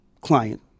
client